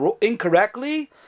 incorrectly